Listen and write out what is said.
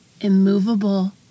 immovable